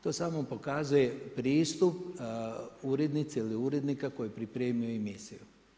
To samo pokazuje pristup urednice ili urednika koji je pripremio emisiju.